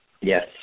Yes